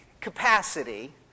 capacity